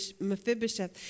Mephibosheth